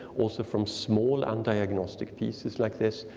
also from small and diagnostic pieces like this,